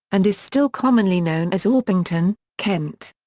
and is still commonly known as orpington, kent.